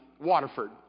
Waterford